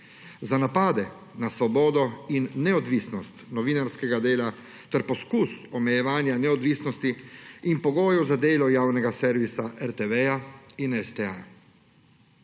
za napade na svobodo in neodvisnost novinarskega dela ter poskus omejevanja neodvisnosti in pogojev za delo javnega servisa RTV in STA,